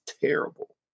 terrible